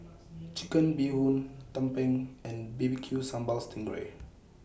Chicken Bee Hoon Tumpeng and B B Q Sambal Sting Ray